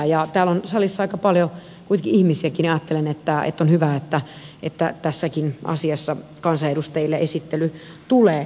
kun täällä on salissa aika paljon kuitenkin ihmisiäkin niin ajattelen että on hyvä että tässäkin asiassa kansanedustajille esittely tulee